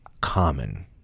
common